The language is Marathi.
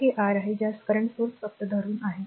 तर हे r आहे ज्यास current स्रोत फक्त धरून आहे